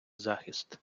захист